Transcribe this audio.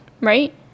Right